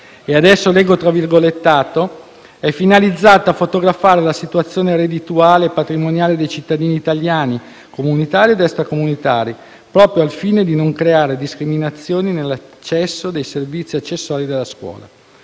del Comune di Lodi «È finalizzata a fotografare la situazione reddituale e patrimoniale dei cittadini italiani, comunitari ed extracomunitari, proprio al fine di non creare discriminazioni nell'accesso dei servizi accessori della scuola».